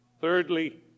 Thirdly